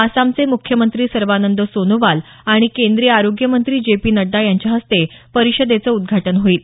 आसामचे मुख्यमंत्री सर्वानंद सोनोवाल आणि केंद्रीय आरोग्य मंत्री जे पी नड्डा यांच्या हस्ते परिषदेचं उद्घाटन होईल